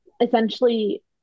essentially